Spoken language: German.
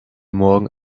morgen